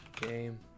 game